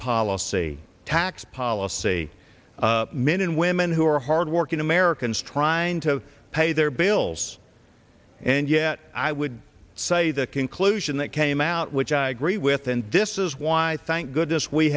policy tax policy men and women who are hardworking americans trying to pay their bills and yet i would say the conclusion that came out which i agree with and this is why i thank goodness we